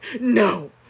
No